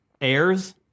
airs